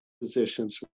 positions